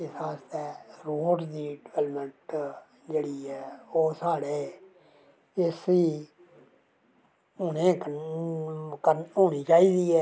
इस आस्तै रोड़ दी डनैलमैंट जेह्ड़ी ऐ ओह् साढ़े इसी होनी चाहिदी ऐ